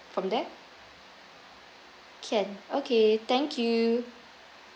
from there can okay thank you